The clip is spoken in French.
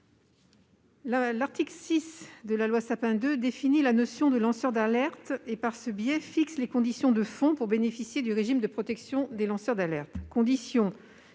L'article 6 de la loi Sapin II définit la notion de lanceur d'alerte et fixe les conditions de fond permettant de bénéficier du régime de protection des lanceurs d'alerte. Ces conditions